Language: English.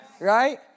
Right